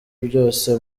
byose